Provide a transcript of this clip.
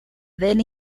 del